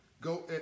go